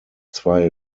zwei